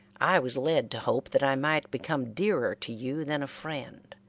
i was led to hope that i might become dearer to you than a friend,